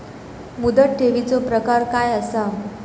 मुदत ठेवीचो प्रकार काय असा?